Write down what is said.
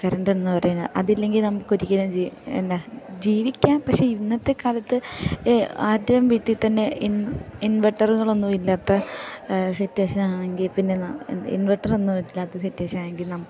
കറൻറ്റെന്ന് പറയുന്ന അതില്ലെങ്കിൽ നമുക്കൊരിക്കലും ജീ എന്താ ജീവിക്കാം പക്ഷെ ഇന്നത്തെ കാലത്ത് ആരുടെയും വീട്ടിൽ തന്നെ ഇൻ ഇൻവെർട്ടറുകളൊന്നും ഇല്ലാത്ത സിറ്റുവേഷനാണെങ്കിൽ പിന്നെ നമ് എന്ത് ഇൻവർട്ടറൊന്നും ഇല്ലാത്ത സിറ്റുവേഷൻ ആണെങ്കിൽ നം